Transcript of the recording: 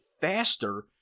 faster